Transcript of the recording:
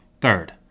Third